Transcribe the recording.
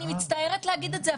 אני מצטערת להגיד את זה,